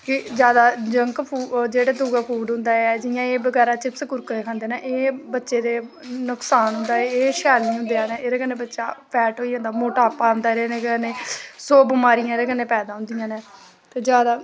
की जादै junk food जेह्के दूऐ फूड होंदे जियां बगैरा चिप्स कुरकुरे खंदे न एह् बच्चे ताहीं नुक्सान एह् शैल निं होंदे न एह्दे कन्नै बंदा फैट होई जंदा मोटापा होई जंदा सौ बमारियां एह्दे कन्नै पैदा होंदियां न ते जादै